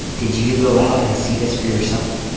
did you go out and see this for yourself?